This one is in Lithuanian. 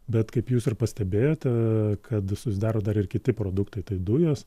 bet kaip jūs ir pastebėjote kad susidaro dar ir kiti produktai tai dujos